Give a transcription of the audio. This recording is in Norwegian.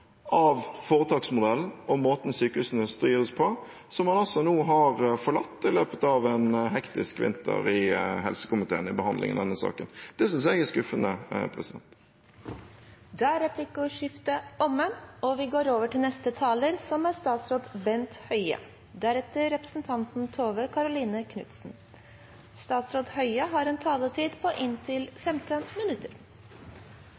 av foretaksmodellen og måten sykehusene styres på, som man nå har forlatt i løpet av en hektisk vinter i helsekomiteen i behandlingen av denne saken. Det synes jeg er skuffende. Da er replikkordskiftet omme. Det å lage en nasjonal helse- og